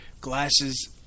glasses